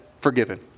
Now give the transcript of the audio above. forgiven